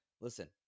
Listen